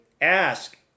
ask